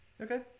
Okay